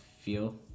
feel